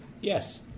yes